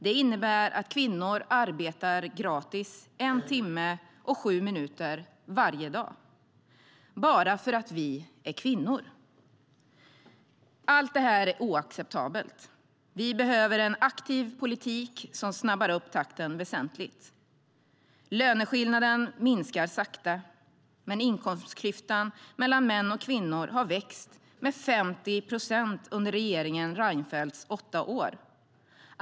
Det innebär att kvinnor arbetar gratis en timme och sju minuter varje dag - bara för att vi är kvinnor! Löneskillnaden minskar sakta, men inkomstklyftan mellan män och kvinnor har växt med 50 procent under regeringen Reinfeldts åtta år.